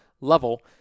level